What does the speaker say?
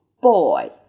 boy